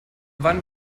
wann